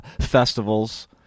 festivals